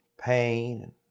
pain